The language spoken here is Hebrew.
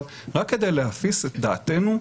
אבל רק כדי להפיס את דעתנו,